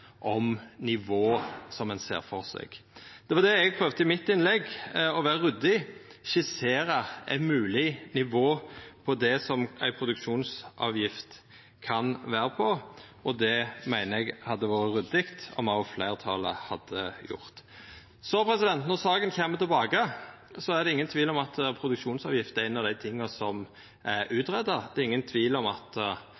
om nivå som ein ser for seg. Det var det eg prøvde i mitt innlegg, å vera ryddig og skissera eit mogleg nivå på det som ei produksjonsavgift kan vera på. Det meiner eg hadde vore ryddig om òg fleirtalet hadde gjort. Når saka kjem tilbake, er det ingen tvil om at produksjonsavgifta er ein av dei tinga som er